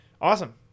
Awesome